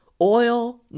oil